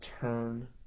turn